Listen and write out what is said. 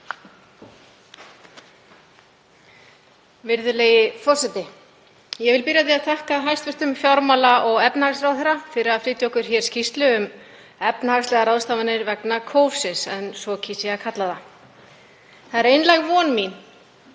Virðulegi forseti. Ég vil byrja á því að þakka hæstv. fjármála- og efnahagsráðherra fyrir að flytja okkur hér skýrslu um efnahagslegar ráðstafanir vegna kófsins, en svo kýs ég að kalla það. Það er einlæg von mín